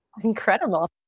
Incredible